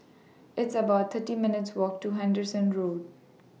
It's about thirty minutes' Walk to Henderson Road